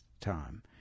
time